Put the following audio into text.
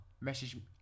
message